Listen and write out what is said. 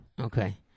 Okay